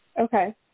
Okay